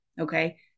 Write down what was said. Okay